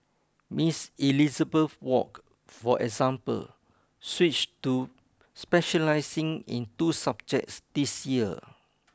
Ms Elizabeth Wok for example switched to specialising in two subjects this year